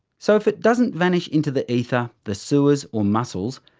so if it doesn't vanish into the ether, the sewers or muscles,